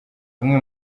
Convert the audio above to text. amwe